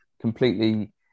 completely